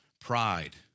pride